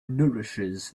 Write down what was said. nourishes